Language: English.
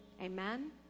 Amen